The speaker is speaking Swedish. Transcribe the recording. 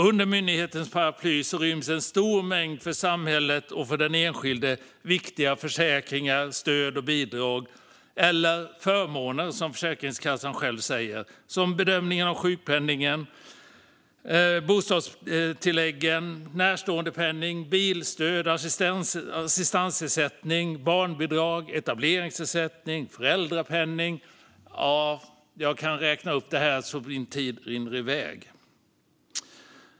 Under myndighetens paraply ryms en stor mängd för samhället och för den enskilde viktiga försäkringar och bidrag - eller förmåner, som Försäkringskassan säger - som sjukpenning, boendetillägg, närståendepenning, bilstöd, assistansersättning, barnbidrag, etableringsersättning och föräldrapenning. Om jag ska räkna upp allt rinner min tid iväg.